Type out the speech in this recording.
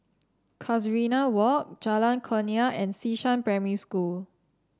Casuarina Walk Jalan Kurnia and Xishan Primary School